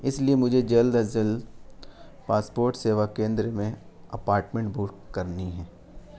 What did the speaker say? اس لیے مجھے جلد از جلد پاسپورٹ سیوا کیدر میں اپارٹمنٹ بک کرنی ہے